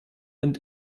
and